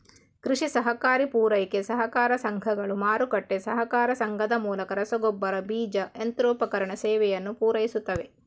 ಕೃಷಿ ಸಹಕಾರಿ ಪೂರೈಕೆ ಸಹಕಾರ ಸಂಘಗಳು, ಮಾರುಕಟ್ಟೆ ಸಹಕಾರ ಸಂಘದ ಮೂಲಕ ರಸಗೊಬ್ಬರ, ಬೀಜ, ಯಂತ್ರೋಪಕರಣ ಸೇವೆಯನ್ನು ಪೂರೈಸುತ್ತವೆ